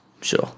Sure